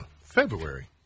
February